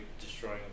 destroying